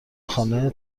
خانه